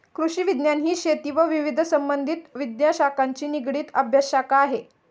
कृषिविज्ञान ही शेती व विविध संबंधित विद्याशाखांशी निगडित अभ्यासशाखा आहे